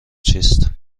چیست